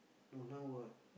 no now well